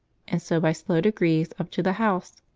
and so by slow degrees up to the house.